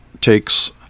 takes